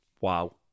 Wow